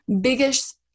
biggest